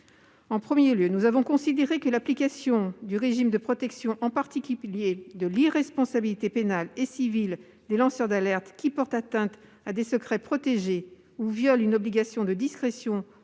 En premier lieu, nous avons considéré que l'application du régime de protection, en particulier l'irresponsabilité pénale et civile des lanceurs d'alerte qui portent atteinte à des secrets protégés ou violent une obligation de discrétion